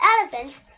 elephants